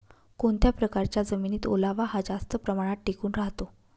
कोणत्या प्रकारच्या जमिनीत ओलावा हा जास्त प्रमाणात टिकून राहतो?